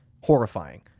Horrifying